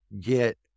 get